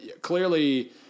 clearly